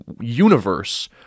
universe